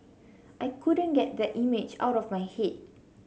I couldn't get that image out of my head